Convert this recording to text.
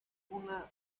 una